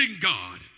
God